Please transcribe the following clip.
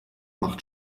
macht